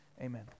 Amen